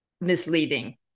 misleading